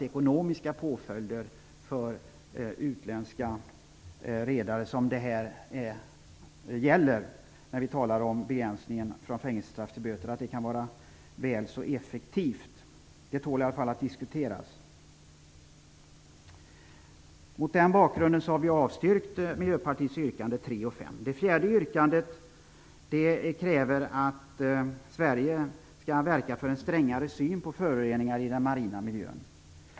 Ekonomiska påföljder för utländska redare kan vara väl så effektivt. Det tål i alla fall att diskuteras. Mot den bakgrunden har vi avstyrkt Miljöpartiets yrkanden 3 och 5. Yrkande 4 i Miljöpartiets motion innebär att Sverige skulle verka för en strängare syn på föroreningar i den marina miljön.